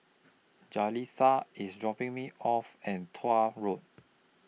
Jaleesa IS dropping Me off At Tuah Road